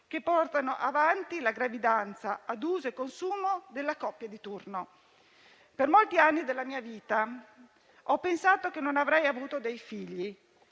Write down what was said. che portano avanti la gravidanza a uso e consumo della coppia di turno. Per molti anni della mia vita ho pensato che non avrei avuto dei figli.